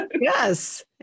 Yes